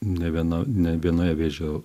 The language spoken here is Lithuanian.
ne viena ne vienoje vėžio